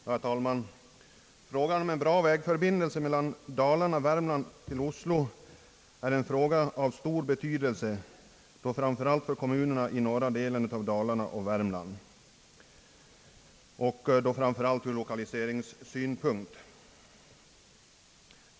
Herr talman! Frågan om en bra vägförbindelse Dalarna—Värmland—Oslo är av stor betydelse framför allt för kommunerna i norra delarna av Dalarna och Värmland, särskilt ur lokaliseringspolitisk synpunkt.